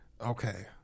Okay